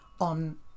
on